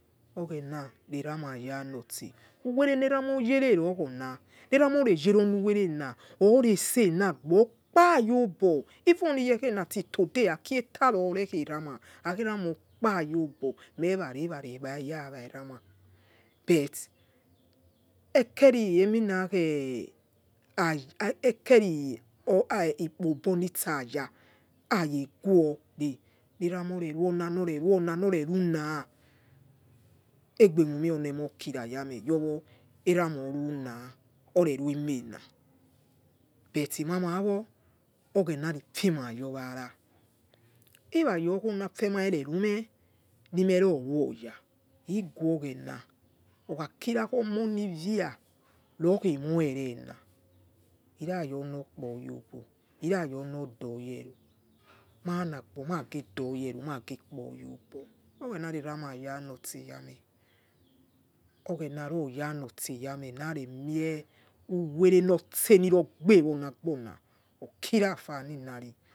Oghena reramayoanote uwerenerama oyere rokhona neramaoreyereonu werena oretse nagbo okpaya obo even oni iyekhie na tik today akie taror rekherama akheramaokpa aya obo meya regba rawa rama bet ekeri eminakhe ekheri kpobo nitsaya aya egori narama oreruna oreruna nor reruna egbeo mume ronemokireyame yowo erama erama oruna oreruemena beki mamawo oghenarifimayowara irayo emafemai ererume nimeroruoya iguoghena okhakira omoriviaa rokhe mor erena irayo nokpoyobo ira yonodoya ero managbo mage doyaero mage kpoyaobo oghena reramayanote yameh oghena roya yanote yame naremie uwere note nirogbe wonagbona okirafaninari okorembo asori,